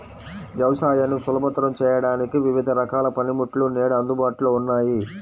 వ్యవసాయాన్ని సులభతరం చేయడానికి వివిధ రకాల పనిముట్లు నేడు అందుబాటులో ఉన్నాయి